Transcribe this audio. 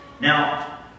Now